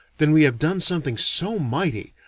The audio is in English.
then we have done something so mighty,